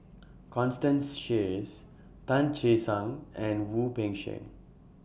Constance Sheares Tan Che Sang and Wu Peng Seng